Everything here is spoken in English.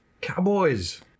cowboys